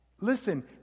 Listen